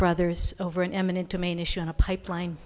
brothers over an eminent domain issue and a pipeline